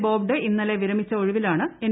ബോബ്ഡെ ഇണ്ണല്ലെ വിരമിച്ച ഒഴിവിലാണ് എൻ